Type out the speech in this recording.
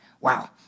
Wow